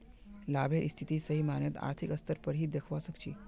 लाभेर स्थिति सही मायनत आर्थिक स्तर पर ही दखवा सक छी